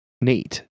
neat